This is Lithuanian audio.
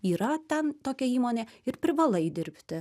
yra ten tokia įmonė ir privalai dirbti